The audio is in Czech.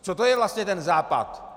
Co to je vlastně ten Západ?